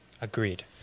Agreed